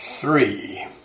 three